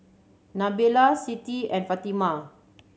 Nabila Siti and Fatimah